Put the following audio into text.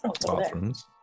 bathrooms